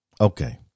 Okay